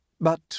But